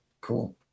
cool